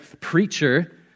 preacher